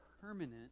permanent